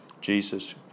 Jesus